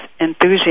enthusiasm